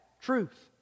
truth